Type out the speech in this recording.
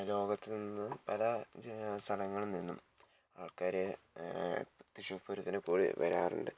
ലോകത്തുനിന്ന് പല ജേ സ്ഥലങ്ങളിൽ നിന്നും ആൾക്കാർ തൃശ്ശൂർ പൂരത്തിനു പോയി വരാറുണ്ട്